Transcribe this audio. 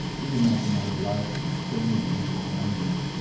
even though he made life extremely inharmonious,